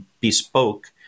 bespoke